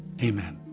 Amen